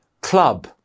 club